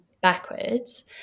backwards